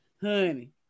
honey